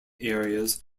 areas